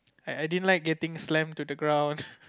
I I didn't like getting slammed to the ground